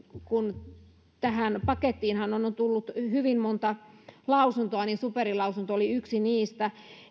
kun tähän pakettiinhan on on tullut hyvin monta lausuntoa ja superin lausunto on yksi niistä